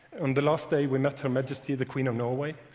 on the last day, we met her majesty the queen of norway,